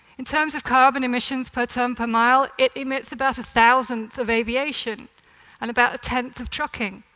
in terms of carbon emissions per ton per mile, it emits about a thousandth of aviation and about a tenth of trucking.